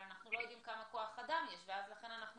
אבל אנחנו לא יודעים כמה כוח אדם יש ולכן אנחנו